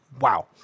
wow